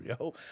yo